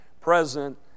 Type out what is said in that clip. present